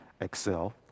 excel